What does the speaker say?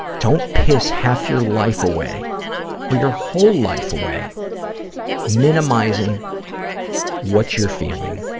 don't piss half your life away or your whole life away minimizing what you're feeling.